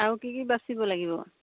আৰু কি কি বাচিব লাগিব